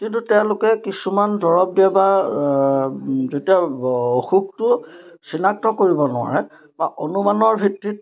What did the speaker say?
কিন্তু তেওঁলোকে কিছুমান দৰৱ দেৱা যেতিয়া অসুখটো চিনাক্ত কৰিব নোৱাৰে বা অনুমানৰ ভিত্তিত